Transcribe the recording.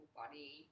body